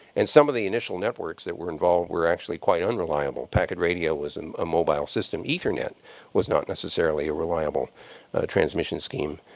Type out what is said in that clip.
and some of the initial networks that were involved were actually quite unreliable. packet radio was and a mobile system. ethernet was not necessarily a reliable transmission scheme.